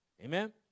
Amen